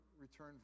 return